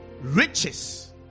riches